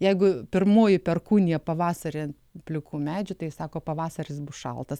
jeigu pirmoji perkūnija pavasarį ant plikų medžių tai sako pavasaris bus šaltas